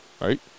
right